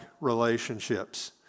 relationships